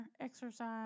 exercise